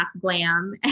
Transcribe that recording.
glam